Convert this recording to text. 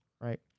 Right